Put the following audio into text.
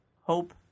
hope